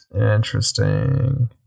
Interesting